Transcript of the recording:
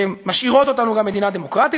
שמשאירות אותנו גם מדינה דמוקרטית.